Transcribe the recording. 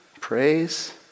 Praise